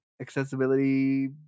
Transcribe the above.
accessibility